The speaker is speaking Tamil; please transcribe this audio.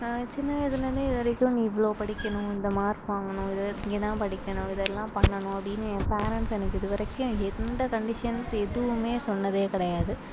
சின்ன வயதுலேருந்து இது வரைக்கும் நீ இவ்வளோ படிக்கணும் இந்த மார்க் வாங்கணும் இது இங்கே தான் படிக்கணும் இதெல்லாம் பண்ணனும் அப்படின்னு பேரெண்ட்ஸ் எனக்கு இதுவரைக்கும் எனக்கு எந்த கண்டிஷன்ஸ் எதுவுமே சொன்னது கிடையாது